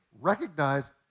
recognize